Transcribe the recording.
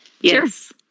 Yes